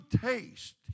taste